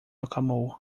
acalmou